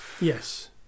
Yes